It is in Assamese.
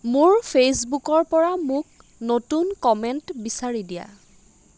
মোৰ ফেচবুকৰপৰা মোক নতুন কমেণ্ট বিচাৰি দিয়া